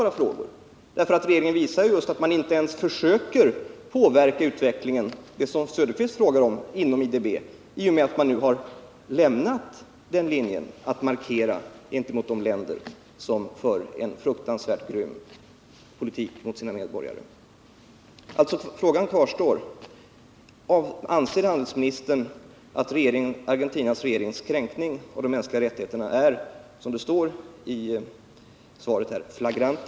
Regeringen visar just att man inte ens försöker påverka utvecklingen - som Oswald Söderqvist frågade om —- inom IDB i och med att man nu har lämnat linjen att markera gentemot de länder som för en fruktansvärt grym politik mot sina medborgare. Frågan kvarstår alltså: Anser handelsministern att Argentinas regerings kränkning av de mänskliga rättigheterna är, som det står i svaret, Nagrant?